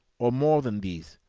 or more than these,